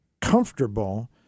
comfortable